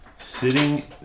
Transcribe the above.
Sitting